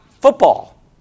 football